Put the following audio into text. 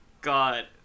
God